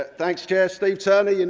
ah thanks chair steve turner, and